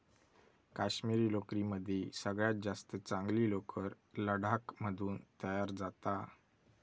काश्मिरी लोकरीमदी सगळ्यात जास्त चांगली लोकर लडाख मधून तयार जाता